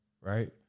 Right